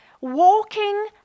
walking